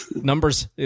numbers